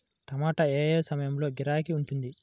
టమాటా ఏ ఏ సమయంలో గిరాకీ ఉంటుంది?